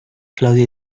claudia